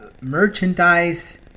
merchandise